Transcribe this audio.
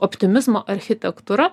optimizmo architektūra